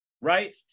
right